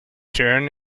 turn